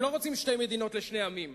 הם לא רוצים שתי מדינות לשני עמים.